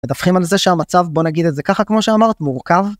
מדווחים על זה שהמצב בוא נגיד את זה ככה כמו שאמרת מורכב